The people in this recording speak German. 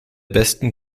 besten